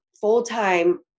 full-time